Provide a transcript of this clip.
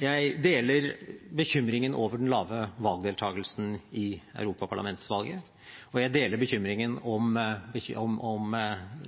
Jeg deler bekymringen over den lave valgdeltakelsen i europaparlamentsvalget, og jeg deler bekymringen